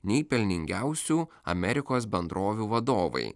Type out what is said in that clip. nei pelningiausių amerikos bendrovių vadovai